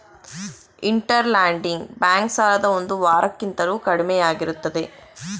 inter lending bank ಸಾಲದ ಒಂದು ವಾರ ಕಿಂತಲೂ ಕಡಿಮೆಯಾಗಿರುತ್ತದೆ